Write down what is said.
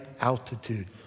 altitude